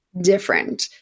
different